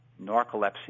narcolepsy